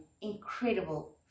incredible